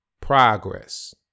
Progress